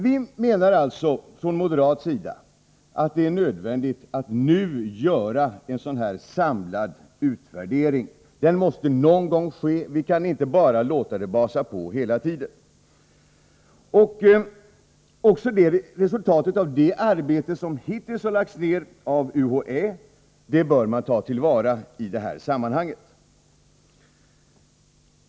Vi menar från moderat sida att det är nödvändigt att nu göra en sådan här samlad utvärdering. Det måste någon gång ske. Vi kan inte bara låta det basa på. Också resultatet av det arbete som hittills har lagts ner av UHÄ bör tas till vara i det här sammanhanget.